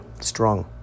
strong